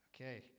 Okay